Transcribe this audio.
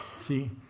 See